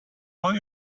all